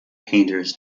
painters